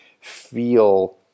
feel